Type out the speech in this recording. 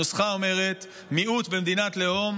הנוסחה אומרת: מיעוט במדינת לאום,